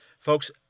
folks